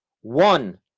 one